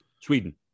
Sweden